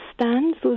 stands